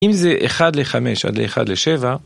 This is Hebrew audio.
אם זה 1 ל-5 עד ל-1 ל-7.